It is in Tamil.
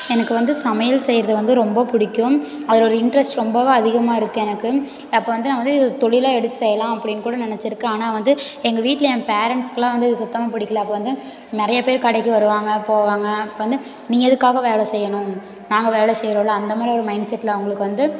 எனக்கு வந்து சமையல் செய்கிறது வந்து ரொம்ப பிடிக்கும் அதில் ஒரு இன்ட்ரஸ்ட் ரொம்பவே அதிகமாக இருக்குது எனக்கு அப்போ வந்து நான் வந்து இது ஒரு தொழிலாக எடுத்து செய்யலாம் அப்படின் கூட நினச்சிருக்கேன் ஆனால் வந்து எங்கள் வீட்டில் என் பேரண்ட்ஸ்க்குலாம் வந்து இது சுத்தமாக பிடிக்கல அப்போ வந்து நிறையப் பேர் கடைக்கு வருவாங்க போவாங்க அப்போ வந்து நீ எதுக்காக வேலை செய்யணும் நாங்கள் வேலை செய்கிறோம்ல அந்த மாதிரி ஒரு மைன்ட் செட்டில் அவங்களுக்கு வந்து